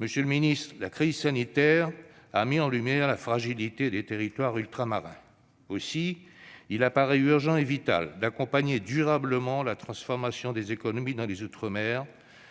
Monsieur le ministre, la crise sanitaire a mis en lumière la fragilité des territoires ultramarins. Aussi apparaît-il urgent et vital d'accompagner durablement la transformation des économies dans les outre-mer,